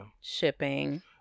shipping